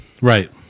right